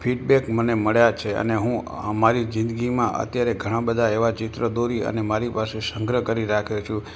feedback મને મળ્યા છે અને હું અ મારી જિંદગીમાં અત્યારે ઘણાં બધા એવાં ચિત્ર દોરી અને મારી પાસે સંગ્રહ કરી રાખ્યો છું